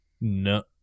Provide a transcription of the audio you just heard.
No